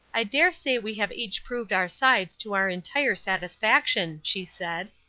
i dare say we have each proved our sides to our entire satisfaction, she said.